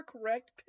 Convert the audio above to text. correct